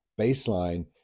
baseline